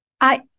I-